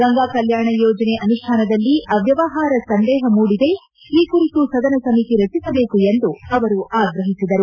ಗಂಗಾ ಕಲ್ಯಾಣ ಯೋಜನೆ ಅನುಷ್ಯಾನದಲ್ಲಿ ಅವ್ತವಹಾರದ ಸಂದೇಹ ಮೂಡಿದೆ ಈ ಕುರಿತು ಸದನ ಸಮಿತಿ ರಚಿಸಬೇಕು ಎಂದು ಅವರು ಆಗ್ರಹಿಸಿದರು